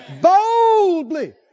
Boldly